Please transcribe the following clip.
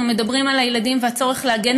אנחנו מדברים על הילדים והצורך להגן